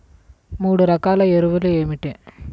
మూడు రకాల ఎరువులు ఏమిటి?